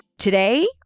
today